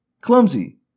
clumsy